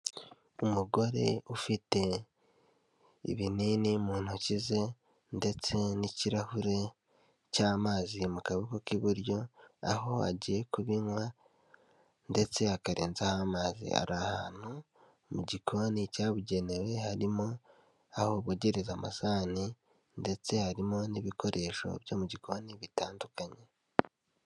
Umugore ufite ibinini mu ntoki ze, ndetse n'ikirahure cy'amazi mu kaboko k'iburyo, aho agiye kubinywa, ndetse akarenzaho amazi. Ari ahantu mu gikoni cyabugenewe, harimo aho bogereza amasahani, ndetse harimo n'ibikoresho byo mu gikoni, bitandukanye.